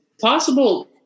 possible